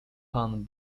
pan